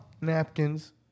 napkins